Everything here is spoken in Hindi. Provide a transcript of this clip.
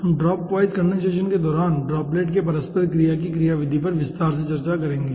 हम ड्रॉप वाइज कंडेनसेशन के दौरान ड्रॉपलेट के परस्पर क्रिया की क्रियाविधि पर विस्तार से चर्चा करेंगे